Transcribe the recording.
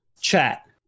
chat